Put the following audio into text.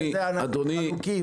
אדוני,